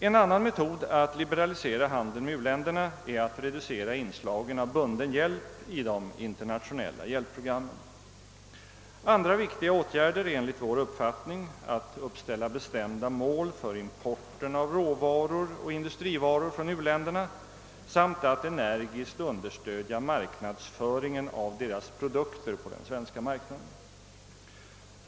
En annan metod att liberalisera handeln med u-länderna är att reducera inslagen av bunden hjälp i de internationella hjälpprogrammen. Andra viktiga åtgärder är enligt vår uppfattning att uppställa bestämda mål för importen av råvaror och industrivaror från uländerna samt att energiskt understödja marknadsföringen av deras produkter på den svenska marknaden.